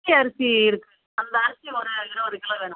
இட்லி அரிசி இருக்கா அந்த அரிசி ஒரு இருபது கிலோ வேணும்